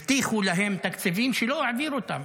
הבטיחו להם תקציבים ולא העבירו אותם.